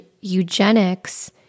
eugenics